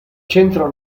centro